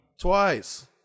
Twice